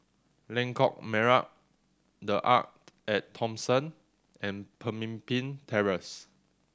Lengkok Merak The Arte At Thomson and Pemimpin Terrace